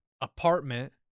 apartment